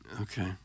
Okay